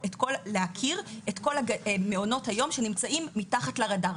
להכיר את כל מעונות היום שנמצאים מתחת לרדאר.